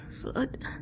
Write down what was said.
flood